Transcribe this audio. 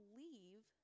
leave